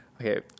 Okay